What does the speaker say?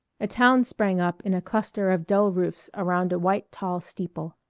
a town sprang up in a cluster of dull roofs around a white tall steeple.